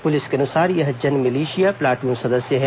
police के अनुसार यह जनमिलिशिया प्लाटून सदस्य है